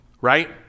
right